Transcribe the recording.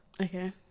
Okay